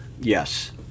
Yes